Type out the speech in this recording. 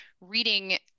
reading –